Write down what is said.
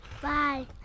Bye